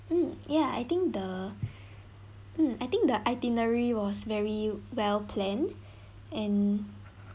mm ya I think the mm I think the itinerary was very well planned and